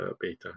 beta